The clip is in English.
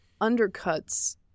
undercuts